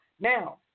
Now